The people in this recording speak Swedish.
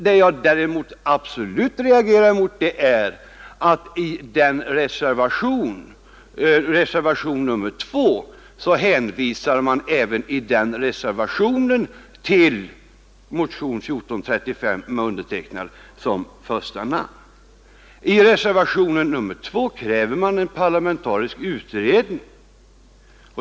Vad jag däremot absolut reagerar mot är att i reservationen 2 hänvisas också till motionen 1435 med mig som förste undertecknare. I reservationen 2 krävs en parlamentarisk utredning.